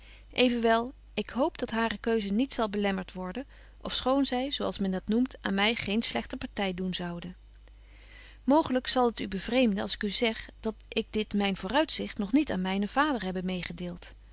evenwel ik hoop dat hare keuze niet zal belemmert worden ofschoon zy zo als men dat noemt aan my geen slegte party doen zoude mooglyk zal het u bevreemden als ik u zeg dat ik dit myn vooruitzicht nog niet aan mynen vader hebbe medegedeelt